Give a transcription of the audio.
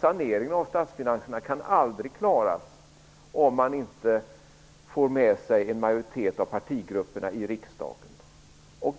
Saneringen av statsfinanserna kan aldrig klaras om man inte får med sig en majoritet av partigrupperna i riksdagen.